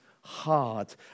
hard